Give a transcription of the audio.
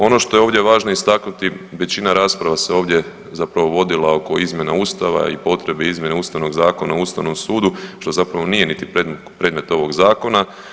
Ono što je ovdje važno istaknuti većina rasprava se ovdje zapravo vodila oko izmjena Ustava i potrebe izmjene Ustavnog zakona o Ustavnom sudu što zapravo nije niti predmet ovoga Zakona.